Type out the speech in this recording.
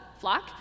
flock